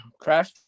crash